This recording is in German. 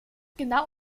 genau